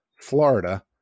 Florida